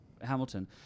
Hamilton